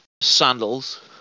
sandals